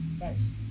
Nice